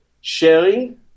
sharing